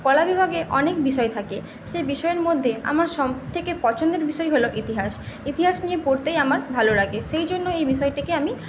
কলা বিভাগে অনেক বিষয় থাকে সেই বিষয়ের মধ্যে আমার সবথেকে পছন্দের বিষয় হল ইতিহাস ইতিহাস নিয়ে পড়তেই আমার ভালো লাগে সেই জন্য এই বিষয়টিকে আমি